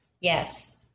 yes